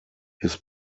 his